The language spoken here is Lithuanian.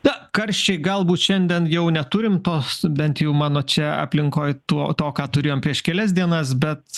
na karščiai galbūt šiandien jau neturim tos bent jau mano čia aplinkoj tuo to ką turėjom prieš kelias dienas bet